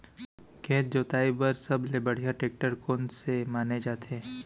खेत जोताई बर सबले बढ़िया टेकटर कोन से माने जाथे?